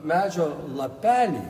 medžio lapeliai